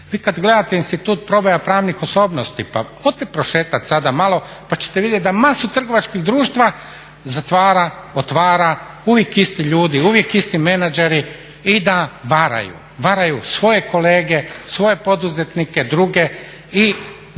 Vi kad gledate institut prodaja pravnih osobnosti, pa odite prošetat malo pa ćete vidjeti da masu trgovačkih društava zatvara, otvara, uvijek isti ljudi, uvijek isti menadžeri i da varaju, varaju svoje kolege, svoje poduzetnike, druge i